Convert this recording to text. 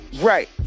Right